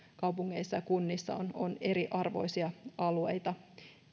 kaupungeissa ja kunnissa on on eriarvoisia alueita